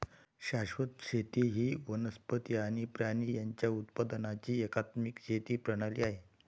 शाश्वत शेती ही वनस्पती आणि प्राणी यांच्या उत्पादनाची एकात्मिक शेती प्रणाली आहे